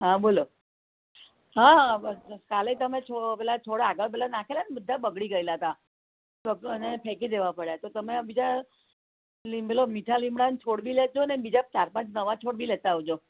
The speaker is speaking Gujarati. હા બોલો હા હા બસ બસ કાલે તમે છો પેલા છોડો પેલા આગા પેલા નાખેલાને બધા બગડી ગયેલા તા તો તો એને ફેંકી દેવા પડ્યા તો તમે બીજા પેલો મીઠા લીંબડાના છોડ બી લેજોને બીજા ચાર પાંચ છોડ બી લેતા આવજો